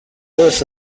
yose